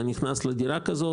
אתה נכנס לדירה כזו.